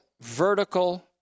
Vertical